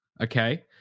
Okay